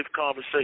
conversation